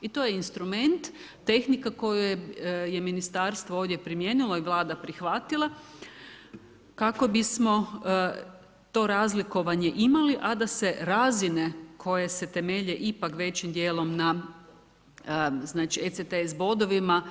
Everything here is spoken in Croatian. I to je instrument, tehnika koju je ministarstvo ovdje primijenilo i Vlada prihvatila, kako bismo to razlikovanje imali, a da se razine, koje se temelje ipak većim dijelom na ECTS bodovima,